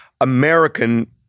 american